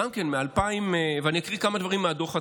אני אקריא כמה דברים מהדוח עצמו.